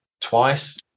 twice